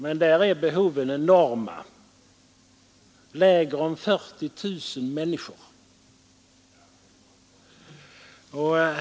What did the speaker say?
Men där är behoven enorma — där finns läger om 40 000 människor.